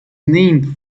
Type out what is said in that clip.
named